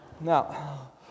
Now